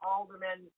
Alderman